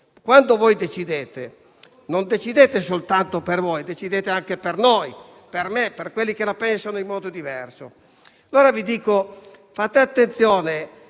Quando decidete, non decidete soltanto per voi, ma anche per noi, per me, per quelli che la pensano in modo diverso. Allora vi dico: fate attenzione